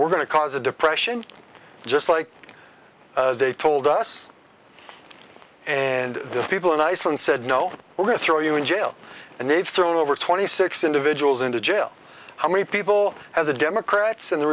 we're going to cause a depression just like they told us and the people in iceland said no we're going to throw you in jail and they've thrown over twenty six individuals into jail how many people have the democrats and